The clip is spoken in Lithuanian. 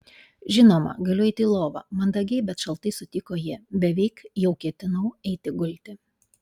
žinoma galiu eiti į lovą mandagiai bet šaltai sutiko ji beveik jau ketinau eiti gulti